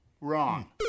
Wrong